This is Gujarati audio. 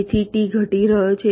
તેથી ટી ઘટી રહ્યો છે